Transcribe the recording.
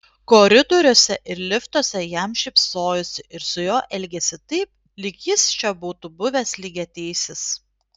koridoriuose ir liftuose jam šypsojosi ir su juo elgėsi taip lyg jis čia būtų buvęs lygiateisis